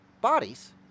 Bodies